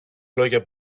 λόγια